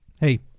hey